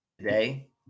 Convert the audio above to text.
Today